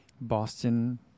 Boston